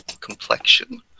complexion